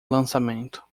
lançamento